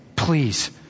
Please